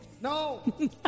no